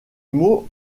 mot